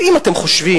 ואם אתם חושבים,